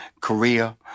Korea